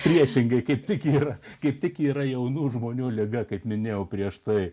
priešingai kaip tik yra kaip tik yra jaunų žmonių liga kaip minėjau prieš tai